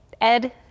Ed